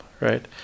right